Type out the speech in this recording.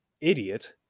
idiot